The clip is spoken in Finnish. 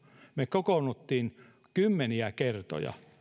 me kokoonnuimme kymmeniä kertoja